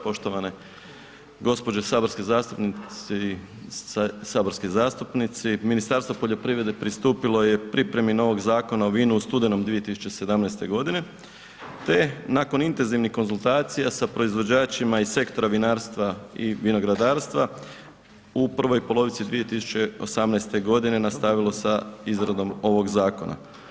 Poštovane gospođe saborske zastupnice i saborski zastupnici, Ministarstvo poljoprivrede pristupilo je pripremi novog Zakona o vinu u studenom 2017.g., te nakon intenzivnih konzultacija sa proizvođačima iz sektora vinarstva i vinogradarstva, u prvoj polovici 2018.g. nastavilo sa izradom ovog zakona.